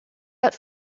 out